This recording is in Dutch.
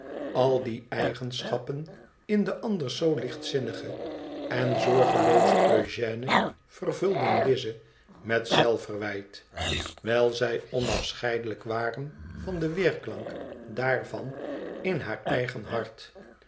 al die eigenschappen m den anders zoo lichtzinnigen en zorgeloozen eugène vervulden lize met zelfverwijt wijl zij onafscheidelijk waren van den weerklank daarvan in haar eigen hart